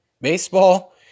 baseball